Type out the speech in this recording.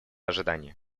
ожидания